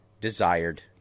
desired